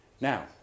Now